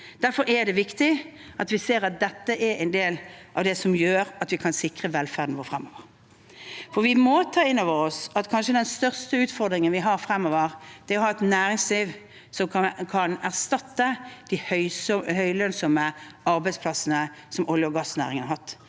Derfor er det viktig at vi ser at dette er en del av det som kan sikre velferden vår fremover. Vi må ta inn over oss at kanskje den største utfordringen vi har fremover, er å ha et næringsliv som kan erstatte de høylønnsomme arbeidsplassene som olje- og gassnæringen har hatt.